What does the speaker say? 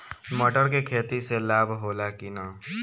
मटर के खेती से लाभ होला कि न?